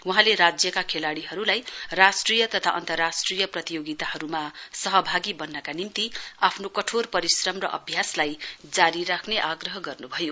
वहाँले राज्यका खेलाड़ीहरुलाई राष्ट्रिय तथा अन्तराष्ट्रिय प्रतियोगिताहरुमा सहभागी वन्नका निम्ति आफ्नो कठोर परिक्षम र अभ्यासलाई जारी राख्ने आग्रह गर्नुभयो